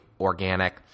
organic